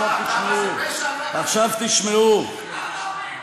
עכשיו תשמעו, הלוטו והטוטו.